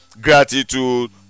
gratitude